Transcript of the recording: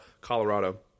Colorado